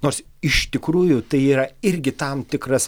nors iš tikrųjų tai yra irgi tam tikras